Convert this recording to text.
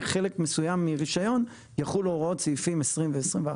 חלק מסוים מרישיון יחולו הוראות סעיפים 20 ו-21.